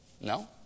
No